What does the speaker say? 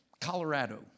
Colorado